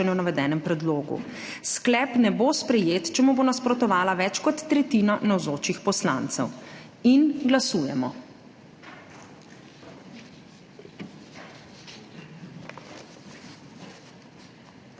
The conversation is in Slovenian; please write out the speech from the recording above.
o navedenem predlogu. Sklep ne bo sprejet, če mu bo nasprotovala več kot tretjina navzočih poslancev. Glasujemo.